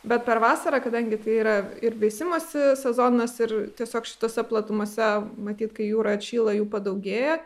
bet per vasarą kadangi tai yra ir veisimosi sezonas ir tiesiog šitose platumose matyt kai jūra atšyla jų padaugėja